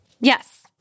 Yes